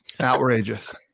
outrageous